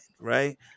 right